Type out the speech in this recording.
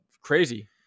Crazy